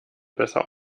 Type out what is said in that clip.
besser